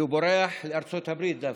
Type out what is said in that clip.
והוא בורח לארצות הברית דווקא.